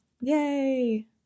Yay